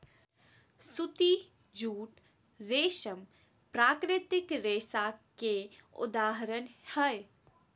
सूती, जूट, रेशम प्राकृतिक रेशा के उदाहरण हय